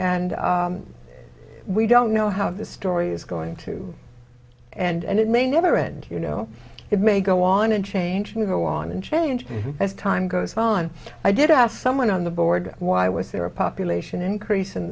and we don't know how the story is going to and it may never end you know it may go on and changing go on and change as time goes on i did ask someone on the board why was there a population increase in